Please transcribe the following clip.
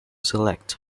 select